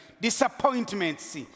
Disappointments